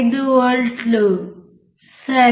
5 వోల్ట్ల సరే